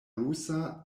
rusa